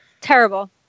Terrible